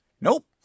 Nope